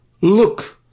look